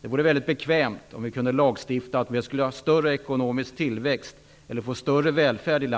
Det vore mycket bekvämt om vi kunde lagstifta om större ekonomisk tillväxt eller ökad välfärd, men